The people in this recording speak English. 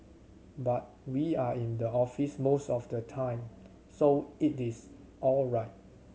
but we are in the office most of the time so it is all right